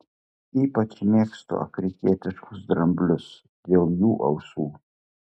ypač mėgau afrikietiškus dramblius dėl jų ausų